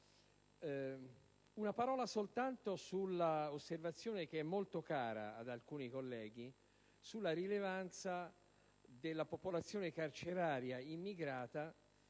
Una parola soltanto sull'osservazione, molto cara ad alcuni colleghi, circa la rilevanza della popolazione carceraria immigrata,